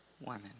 women